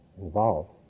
involved